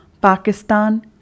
Pakistan